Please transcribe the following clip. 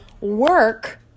work